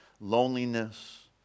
loneliness